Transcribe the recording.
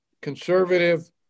conservative